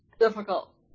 Difficult